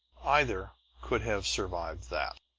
either could have survived that.